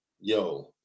yo